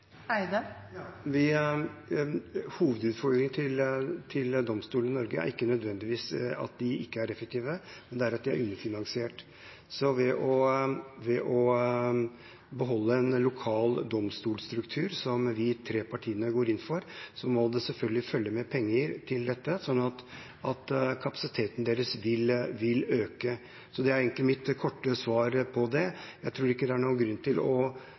Hovedutfordringen til domstolene i Norge er ikke nødvendigvis at de ikke er effektive, men at de er underfinansiert. Så for å beholde en lokal domstolstruktur, som vi tre partiene går inn for, må det selvfølgelig følge med penger til dette, sånn at kapasiteten deres vil øke. Det er egentlig mitt korte svar på det. Vi kan ikke bruke køer ett sted som et argument for å rasjonalisere denne strukturen. Det er